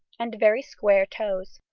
and very square toes.